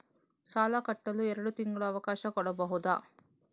ಸಾಲ ಕಟ್ಟಲು ಎರಡು ತಿಂಗಳ ಅವಕಾಶ ಕೊಡಬಹುದಾ?